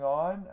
on